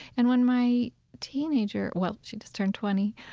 and when my teenager, well, she just turned twenty,